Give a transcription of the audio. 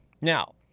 Now